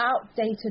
outdated